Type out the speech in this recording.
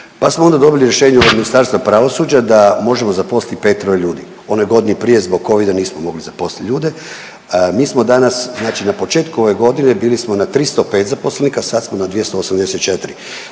pa smo onda dobili rješenje od Ministarstva pravosuđa da možemo zaposliti petero ljudi. U onoj godini prije zbog covida nismo mogli zaposliti ljude, mi smo danas znači na početku ove godine bili smo na 305 zaposlenika sad smo na 284.